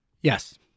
Yes